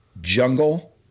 Jungle